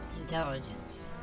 Intelligence